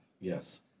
Yes